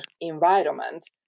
environment